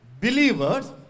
believers